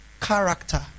Character